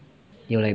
it'll like